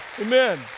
Amen